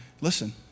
listen